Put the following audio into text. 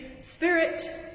spirit